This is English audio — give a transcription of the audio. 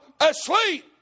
asleep